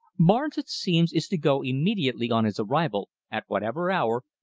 barnes, it seems, is to go immediately on his arrival, at whatever hour,